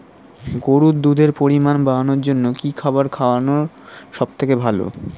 গরুর দুধের পরিমাণ বাড়ানোর জন্য কি খাবার খাওয়ানো সবথেকে ভালো?